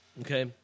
Okay